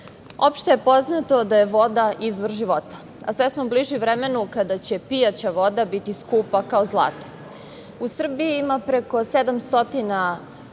je poznato da je voda izvor života, a sve smo bliži vremenu kada će pijaća voda biti skupa kao zlato. U Srbiji ima preko 700 izvora.